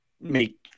make